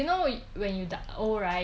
and I don't know if I'll get married or not so